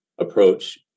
approach